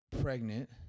pregnant